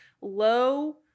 low